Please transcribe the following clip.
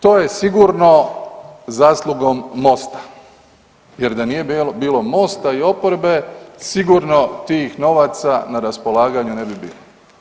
To je sigurno zaslugom MOST-a, jer da nije bilo MOST-a i oporbe sigurno tih novaca na raspolaganju ne bi bilo.